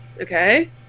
Okay